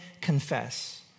confess